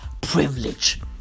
Privilege